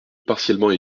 partiellement